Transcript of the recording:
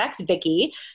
Vicky